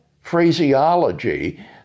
phraseology